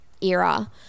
era